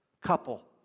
couple